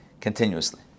continuously